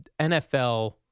NFL